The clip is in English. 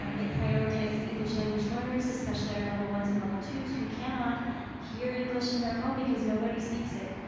um it prioritizes english language learners, especially our level ones and level twos who cannot hear english in their home because nobody speaks it.